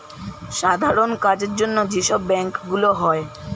সাধারণ কাজের জন্য যে সব ব্যাংক গুলো হয়